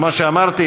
כמו שאמרתי,